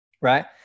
right